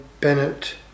Bennett